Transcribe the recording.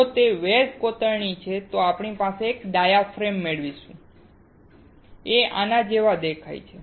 જો તે વેટ કોતરણી છે તો આપણે એક ડાયાફ્રેમ મેળવીશું જે આના જેવો દેખાય છે